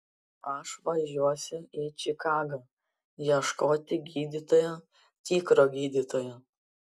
aš važiuosiu į čikagą ieškoti gydytojo tikro gydytojo